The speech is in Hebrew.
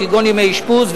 כגון ימי אשפוז,